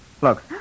Look